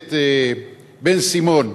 הכנסת בן-סימון,